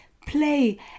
play